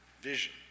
vision